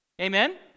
amen